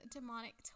Demonic